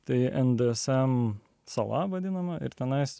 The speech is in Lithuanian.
tai ndsm sala vadinama ir tenai